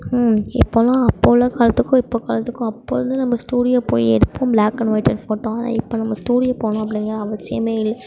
இப்போதுலாம் அப்போது உள்ள காலத்துக்கும் இப்போது காலத்துக்கும் அப்போலேந்து நம்ம ஸ்டூடியோ போய் எடுப்போம் பிளாக் அண்ட் ஒயிட்டன் ஃபோட்டோ ஆனால் இப்போ நம்ம ஸ்டூடியோ போகணும் அப்படிங்கிற அவசியம் இல்லை